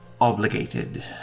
obligated